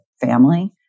family